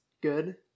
good